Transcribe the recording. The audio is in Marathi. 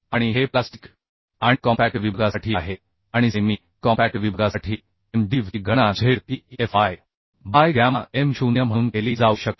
आणि हे प्लास्टिक आणि कॉम्पॅक्ट विभागासाठी आहे आणि सेमी कॉम्पॅक्ट विभागासाठी M d V ची गणना z e F y by gamma M0 म्हणून केली जाऊ शकते